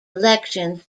elections